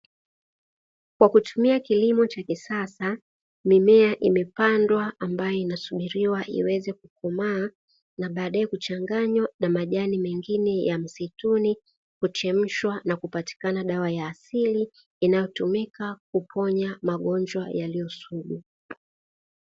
Kwa kutumia kilimo cha kisasa mimea imepandwa ambayo inasubiriwa iweze kukomaa na baadaye kuchanganywa na majani mengine ya msituni kuchemshwa na kupatikana dawa ya asili inayotumika kuponya magonjwa yaliyosugu.